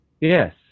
Yes